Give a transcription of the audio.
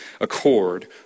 accord